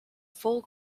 full